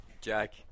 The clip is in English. Jack